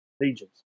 legions